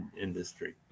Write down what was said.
industry